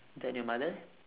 then your mother leh